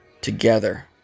Together